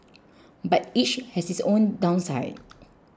but each has its own downside